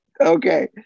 Okay